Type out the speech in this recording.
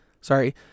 Sorry